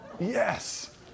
Yes